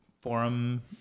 forum